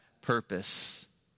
purpose